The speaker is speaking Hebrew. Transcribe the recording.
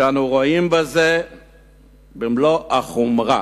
שאנו רואים אותה במלוא החומרה.